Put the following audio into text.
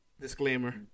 disclaimer